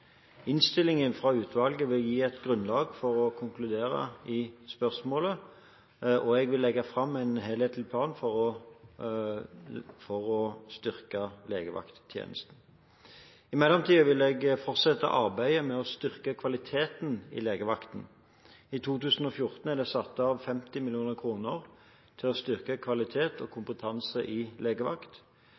Innstillingen fra utvalget vil gi et grunnlag for å konkludere i spørsmålet om jeg vil legge fram en helhetlig plan for å styrke legevakttjenesten. I mellomtiden vil jeg fortsette arbeidet med å styrke kvaliteten i legevakten. I 2014 er det satt av 50 mill. kr til å styrke kvalitet og kompetanse i legevakt.